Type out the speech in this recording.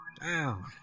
down